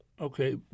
Okay